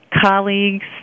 colleagues